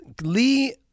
Lee